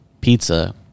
pizza